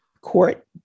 court